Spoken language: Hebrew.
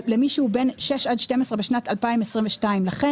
שהוא בן 6 עד 12 בשנת 2023. בסעיף 3 בתוקף יש טעות ניסוחית.